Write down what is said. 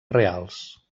reals